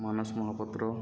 Manas Mohapatra